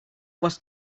was